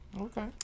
Okay